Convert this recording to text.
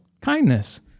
kindness